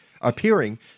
appearing